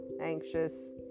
anxious